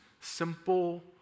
simple